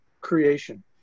creation